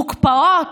מוקפאות,